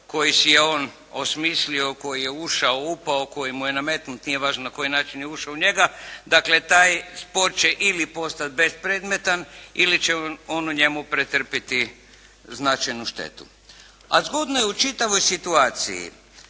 koji si je on osmislio, koji je ušao, upao, koji mu je nametnut, nije važno na koji način je ušao u njega, dakle taj spor će ili postati bespredmetan ili će on u njemu pretrpiti značajnu štetu. A zgodno je u čitavoj situaciji